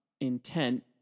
intent